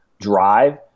drive